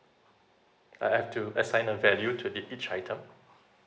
I have to assign a value to each each item